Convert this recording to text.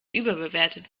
überbewertet